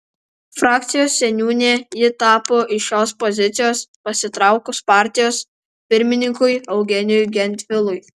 frakcijos seniūne ji tapo iš šios pozicijos pasitraukus partijos pirmininkui eugenijui gentvilui